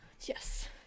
Yes